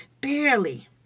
Barely